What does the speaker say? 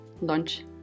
Lunch